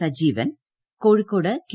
Sajeevan Kozhikode K